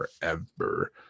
forever